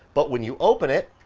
but when you open it,